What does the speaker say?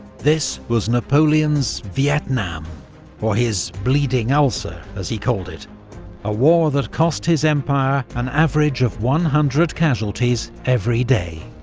this was napoleon's vietnam or his bleeding ulcer as he called it a war that cost his empire an average of one hundred casualties every day,